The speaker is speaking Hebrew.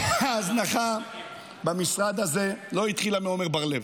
ההזנחה במשרד הזה לא התחילה מעומר בר לב.